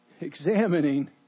examining